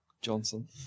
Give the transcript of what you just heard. Johnson